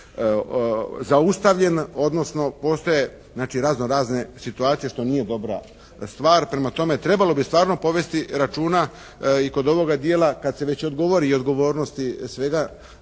zaustavljen, odnosno postoje razno razne situacije što nije dobra stvar. Prema tome, trebalo bi stvarno povesti računa i kod ovoga dijela kad se već govori i o odgovornosti svega